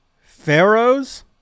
Pharaohs